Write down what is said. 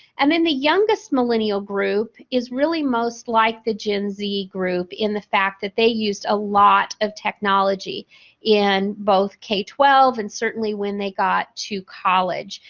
and, then the youngest millennial group is really most like the gen z group in the fact that they used a lot of technology in both k twelve and certainly when they got to college.